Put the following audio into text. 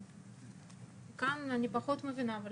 כאן אני פחות מבינה,